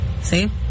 See